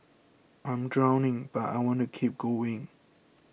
I am drowning but I want to keep going